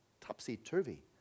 topsy-turvy